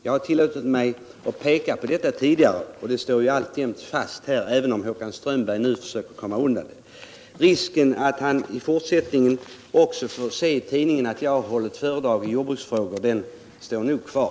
Jag har tillåtit mig att peka på det här tidigare, och det står alltjämt fast, även om Håkan Strömberg nu försöker komma undan det. Risken att Håkan Strömberg också i fortsättningen får se i tidningen att jag har hållit föredrag i jordbruksfrågor står nog kvar.